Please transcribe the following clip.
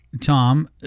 Tom